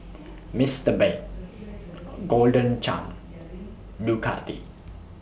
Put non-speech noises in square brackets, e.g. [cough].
[noise] Mister Bean Golden Churn and Ducati